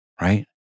right